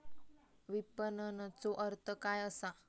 विपणनचो अर्थ काय असा?